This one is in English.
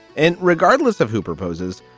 and regardless of who proposes,